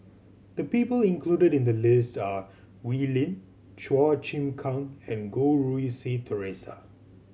the people included in the list are Wee Lin Chua Chim Kang and Goh Rui Si Theresa